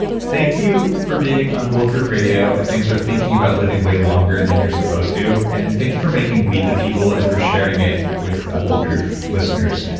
thank you for being on bulletproof radio, radio, and thanks for thinking about living way longer than you're supposed to, and thank you for making weed the people, and for sharing it with ah bulletproof listeners.